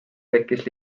tekkis